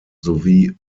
sowie